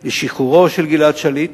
לשחרורו של גלעד שליט